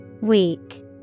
Weak